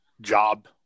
job